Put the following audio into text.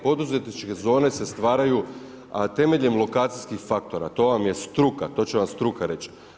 Poduzetničke zone se stvaraju, a temeljem lokacijskih faktora, to vam je struka, to će vam struka reć.